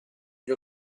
gli